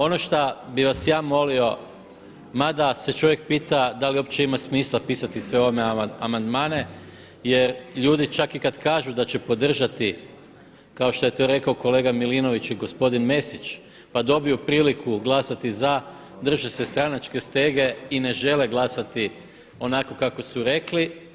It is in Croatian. Ono što bih vas ja molio mada se čovjek pita da li uopće ima smisla pisati sve ove amandmane jer ljudi čak i kada kažu da će podržati kao što je rekao kolega Milinović i gospodin Mesić pa dobiju priliku glasati za, drže se stranačke stege i ne žele glasati onako kako su rekli.